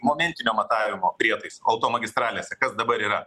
momentinio matavimo prietaisai automagistralėse kas dabar yra